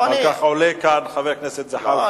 אחר כך עולה לכאן חבר הכנסת זחאלקה,